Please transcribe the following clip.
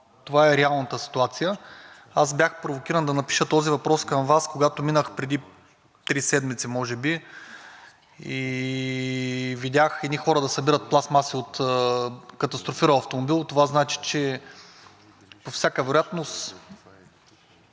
Това е реалната ситуация. Аз бях провокиран да напиша този въпрос към Вас, когато минах преди три седмици може би и видях едни хора да събират пластмаса от катастрофирал автомобил. Това значи, че по всяка вероятност